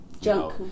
Junk